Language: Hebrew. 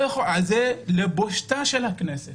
זה לבושתה של הכנסת